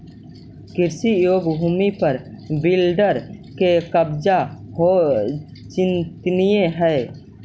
कृषियोग्य भूमि पर बिल्डर के कब्जा होवऽ चिंतनीय हई